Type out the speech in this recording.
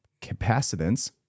capacitance